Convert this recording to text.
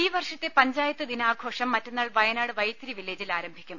ഈ വർഷത്തെ പഞ്ചായത്ത് ദിനാഘോഷം മറ്റന്നാൾ വയനാട് വൈത്തരി വില്ലേ ജിൽ ആരംഭിക്കും